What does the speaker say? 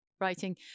writing